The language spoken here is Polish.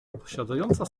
posiadająca